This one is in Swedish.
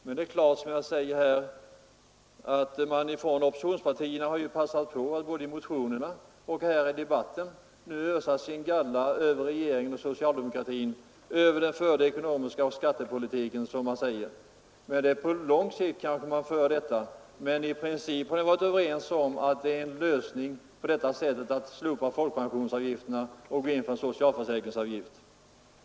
Men som jag sagt har oppositionspartierna passat på att både i motionerna och här i debatten ösa sin galla över regeringen och socialdemokratin och över den förda ekonomiska politiken och skattepolitiken. Det är väl på lång sikt man vill föra detta resonemang, men i princip har vi varit överens om att det är en bra lösning att på detta sätt slopa folkpensionsavgifterna och gå in för en socialförsäkringsavgift.